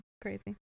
Crazy